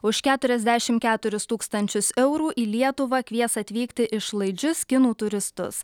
už keturiasdešim keturis tūkstančius eurų į lietuvą kvies atvykti išlaidžius kinų turistus